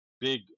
big